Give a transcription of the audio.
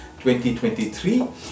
2023